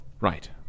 Right